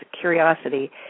curiosity